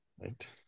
Right